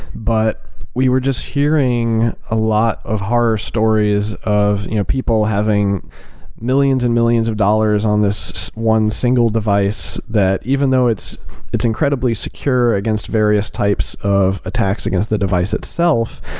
but we were just hearing a lot of horror stories of you know people having millions and millions of dollars on this one single device that even though it's it's incredibly secure against various types of attacks against the device itself,